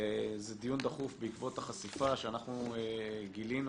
זה דיון דחוף בעקבות החשיפה שאנחנו גילינו